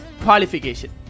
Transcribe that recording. qualification